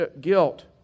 guilt